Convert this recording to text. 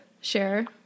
share